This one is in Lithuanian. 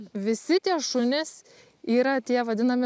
visi tie šunys yra tie vadinami